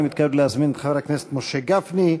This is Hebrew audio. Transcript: אני מתכבד להזמין את חבר הכנסת משה גפני,